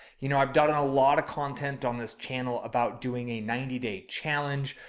you know, i've done a lot of content on this channel about doing a ninety day challenge.